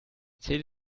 zähle